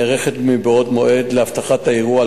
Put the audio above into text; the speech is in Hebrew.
נערכת מבעוד מועד לאבטחת האירוע,